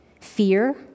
Fear